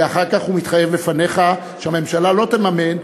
ואחר כך מתחייב בפניך שהממשלה לא תממן,